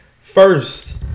First